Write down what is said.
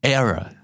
Error